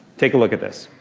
take a look at this.